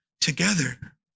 together